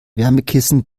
wärmekissen